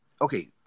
okay